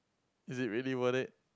is it really worth it